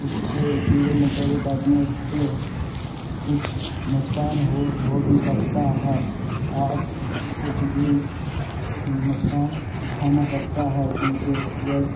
اس کے کیڑے مکوڑے کاٹنے سے کچھ نقصان ہو ہو بھی سکتا ہے اور کچھ بھی نقصان اٹھانا پڑتا ہے کیونکہ یہ